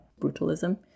brutalism